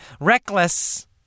reckless